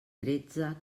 tretze